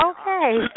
Okay